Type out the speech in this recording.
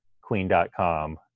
Queen.com